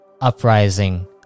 uprising